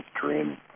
dream